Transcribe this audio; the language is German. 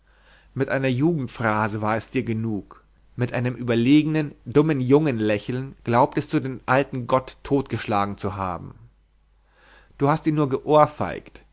mit einer jugendphrase war es dir genug mit einem überlegenen dummen jungen lächeln glaubtest du den alten gott totgeschlagen zu haben du hast ihn nur geohrfeigt